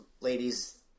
ladies